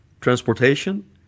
transportation